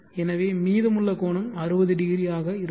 எனவே மீதமுள்ள கோணம் 600 ஆக இருக்கும்